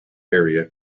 area